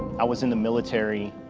i was in the military.